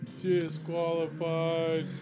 Disqualified